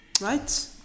right